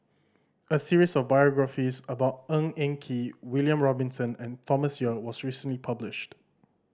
a series of biographies about Ng Eng Kee William Robinson and Thomas Yeo was recently published